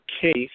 case